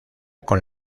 con